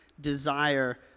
desire